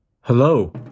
Hello